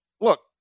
look